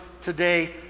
today